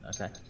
Okay